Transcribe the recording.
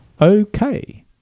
Okay